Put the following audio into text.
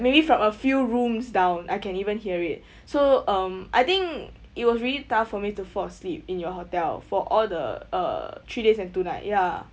maybe from a few rooms down I can even hear it so um I think it was really tough for me to fall asleep in your hotel for all the uh three days and two night ya